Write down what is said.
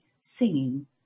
singing